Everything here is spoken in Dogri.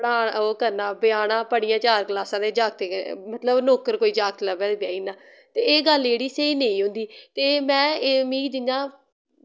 ओह् करना ब्याह्ना पढ़ियै चार कलासां ते जागते मतलव नौकर कोई जागते लब्भै ते ब्याही ना ते एह् गल्ल जेह्ड़ी स्हेई नेईं होंदी ते मैं मिगी जियां